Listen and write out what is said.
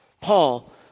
Paul